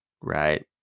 Right